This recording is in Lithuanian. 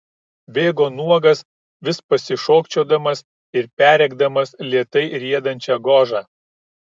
bėgo nuogas vis pasišokčiodamas ir perrėkdamas lėtai riedančią gožą